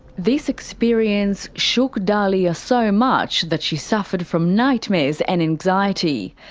this experience shook dahlia so much that she suffered from nightmares and anxiety.